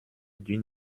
d’une